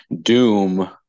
Doom